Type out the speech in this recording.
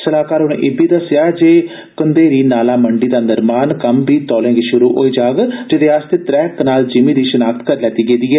सलाहकार होरे इब्बी दस्सेया जे कंदेरी नाला मंडी दा निर्माण कम्म बी तौले गै शुरु होई जाग जेदे आस्तै त्रै कनाल जिमी दी शनाख्त करी लैती गेदी ऐ